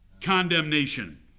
condemnation